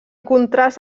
contrast